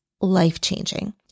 life-changing